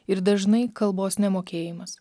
ir dažnai kalbos nemokėjimas